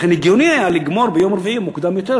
לכן הגיוני היה לגמור ביום רביעי מוקדם יותר,